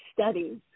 studies